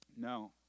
No